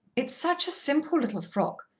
it's such a simple little frock,